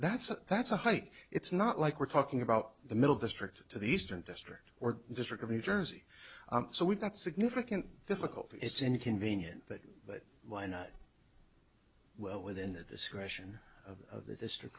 that's a that's a hike it's not like we're talking about the middle district to the eastern district or district of new jersey so we've got significant difficulty it's inconvenient that but why not well within the discretion of the district